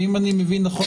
ואם אני מבין נכון,